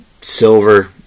Silver